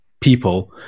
people